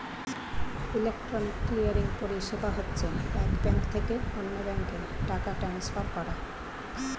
electronic clearing পরিষেবা হচ্ছে এক ব্যাঙ্ক থেকে অন্য ব্যাঙ্কে টাকা ট্রান্সফার করা